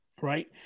Right